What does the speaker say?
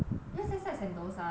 U_S_S and those ah